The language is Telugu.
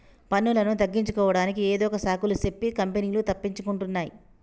పన్నులను తగ్గించుకోడానికి ఏదొక సాకులు సెప్పి కంపెనీలు తప్పించుకుంటున్నాయ్